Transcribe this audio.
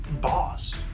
Boss